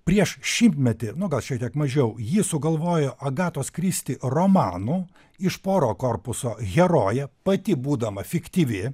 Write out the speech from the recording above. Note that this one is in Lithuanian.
prieš šimtmetį nu gal šiek tiek mažiau jį sugalvojo agatos kristi romanų iš poro korpuso herojė pati būdama fiktyvi